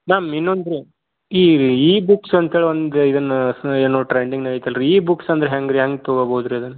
ma'am ಇನ್ನೊಂದು ರೀ ಈ ಇಬುಕ್ಸ್ ಅಂತೇಳಿ ಒಂದು ಇದನ್ನ ಏನು ಟ್ರೆಂಡಿಂಗ್ ಐತಲ್ರಿ ಇಬುಕ್ಸ್ ಅಂದ್ರ ಹೆಂಗ್ರಿ ಹೆಂಗ್ ತಗೊಬೋದ್ರಿ ಅದನ್ನ